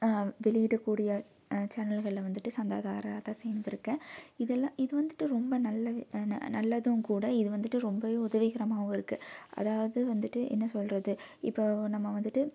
வெளியிடக்கூடிய சேனல்களில் வந்துட்டு சந்தாதாரராக தான் சேர்ந்துருக்கேன் இதெல்லாம் இது வந்துட்டு ரொம்ப நல்ல வி ந நல்லதும் கூட இது வந்துட்டு ரொம்பவே உதவிகரமாகவும் இருக்குது அதாவது வந்துட்டு என்ன சொல்வது இப்போ நம்ம வந்துட்டு